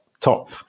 top